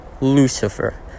Lucifer